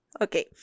Okay